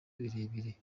birebire